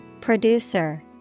Producer